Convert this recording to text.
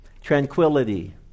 Tranquility